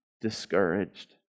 discouraged